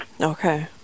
okay